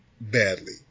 badly